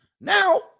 Now